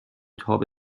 تاب